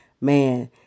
Man